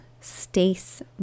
stace